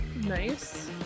nice